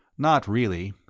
not really.